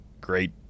great